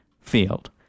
field